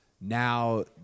now